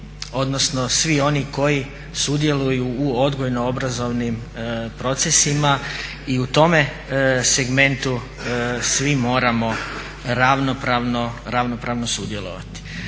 odnosno svi oni koji sudjeluju u odgojno-obrazovnim procesima i u tome segmentu svi moramo ravnopravno sudjelovati.